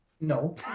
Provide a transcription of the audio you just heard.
No